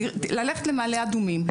ללכת למעלה אדומים,